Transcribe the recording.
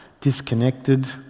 disconnected